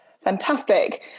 Fantastic